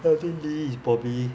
so I think lee is probably